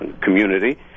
community